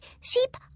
Sheep